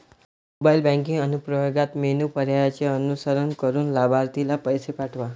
mobile banking अनुप्रयोगात menu पर्यायांचे अनुसरण करून लाभार्थीला पैसे पाठवा